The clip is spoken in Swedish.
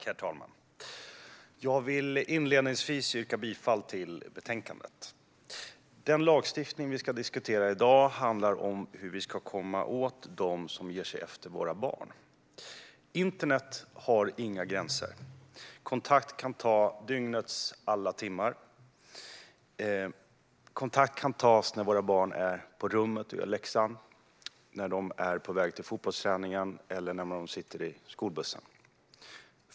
Herr talman! Jag vill inledningsvis yrka bifall till förslaget i betänkandet. Den lagstiftning vi ska diskutera i dag handlar om hur vi ska komma åt dem som ger sig på våra barn. Internet har inga gränser. Kontakt kan tas dygnets alla timmar. Kontakt kan tas när våra barn är på sina rum och gör läxor, när de är på väg till fotbollsträningen eller när de sitter på skolbussen.